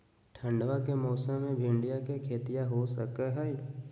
ठंडबा के मौसमा मे भिंडया के खेतीया हो सकये है?